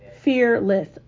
fearless